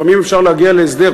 לפעמים אפשר להגיע להסדר,